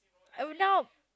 I would now